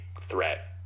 threat